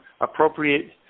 appropriate